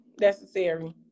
necessary